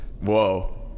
Whoa